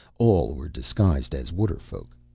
all were disguised as waterfolk.